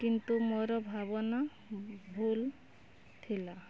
କିନ୍ତୁ ମୋର ଭାବନା ଭୁଲ ଥିଲା